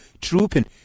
trooping